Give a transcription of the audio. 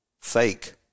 fake